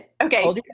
Okay